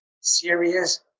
serious